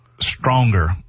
Stronger